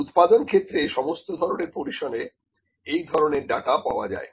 উৎপাদন ক্ষেত্রে সমস্ত ধরনের পরিসরে এই ধরনের ডাটা পাওয়া যায়